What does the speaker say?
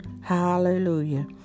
Hallelujah